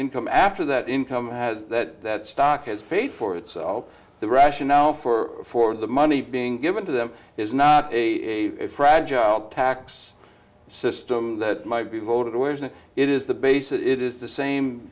income after that income has that stock has paid for itself the rationale for for the money being given to them is not a fragile tax system that might be devoted to words and it is the base it is the same